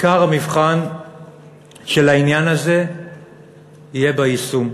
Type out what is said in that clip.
עיקר המבחן של העניין הזה יהיה ביישום.